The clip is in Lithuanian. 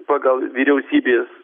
pagal vyriausybės